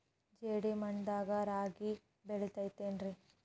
ಜೇಡಿ ಮಣ್ಣಾಗ ರಾಗಿ ಬೆಳಿತೈತೇನ್ರಿ?